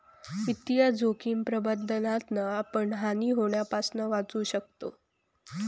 वित्तीय जोखिम प्रबंधनातना आपण हानी होण्यापासना वाचू शकताव